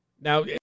now